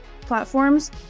platforms